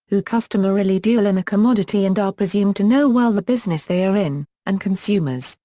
who customarily deal in a commodity and are presumed to know well the business they are in, and consumers,